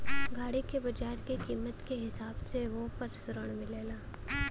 गाड़ी के बाजार के कीमत के हिसाब से वोह पर ऋण मिलेला